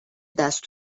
دست